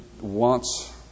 wants